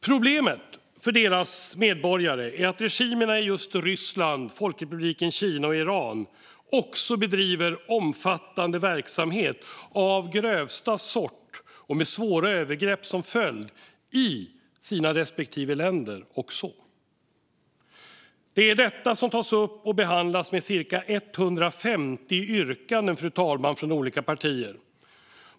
Problemet för medborgarna i just regimerna Ryssland, Folkrepubliken Kina och Iran är att regimerna bedriver omfattande verksamhet av grövsta sort och med svåra övergrepp som följd också i sina respektive länder. Det är detta som tas upp och behandlas med cirka 150 yrkanden från olika partier.